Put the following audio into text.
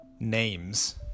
names